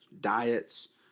diets